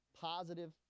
positive